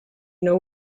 know